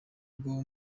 rwo